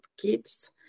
kids